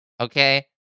Okay